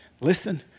listen